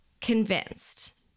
convinced